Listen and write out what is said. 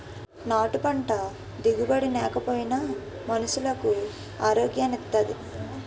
నాటు పంట దిగుబడి నేకపోయినా మనుసులకు ఆరోగ్యాన్ని ఇత్తాది